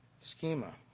schema